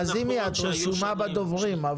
לזימי, את רשומה בין הדוברים.